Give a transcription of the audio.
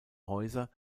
häuser